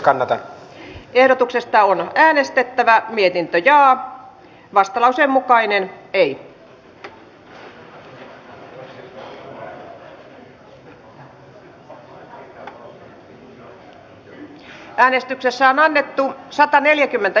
mats nylund on peter östmanin kannattamana ehdottanut että pykälä poistetaan